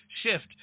shift